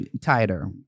tighter